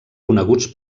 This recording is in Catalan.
coneguts